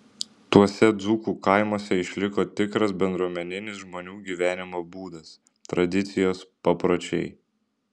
tuose dzūkų kaimuose išliko tikras bendruomeninis žmonių gyvenimo būdas tradicijos papročiai